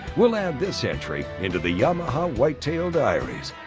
we'll add this entry into the yamaha whitetail diaries.